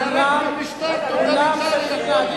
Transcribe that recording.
אל תאתגר.